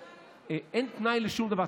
אין תנאי לשום דבר.